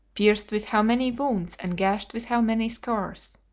pierced with how many wounds and gashed with how many scars!